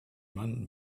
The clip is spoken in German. mann